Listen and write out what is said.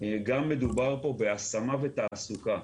גם מדובר פה בהשמה ותעסוקה.